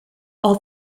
all